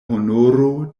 honoro